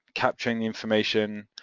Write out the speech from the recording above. capturing the information,